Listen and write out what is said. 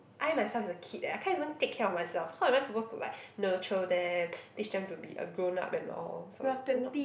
I myself is a kid leh I can't even take care of myself how am I supposed to like nurture them teach them to be a grown up and all so you know